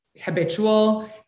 habitual